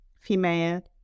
female